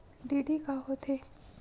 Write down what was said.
DD का होथे?